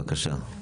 בבקשה.